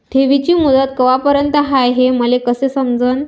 ठेवीची मुदत कवापर्यंत हाय हे मले कस समजन?